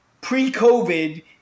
pre-COVID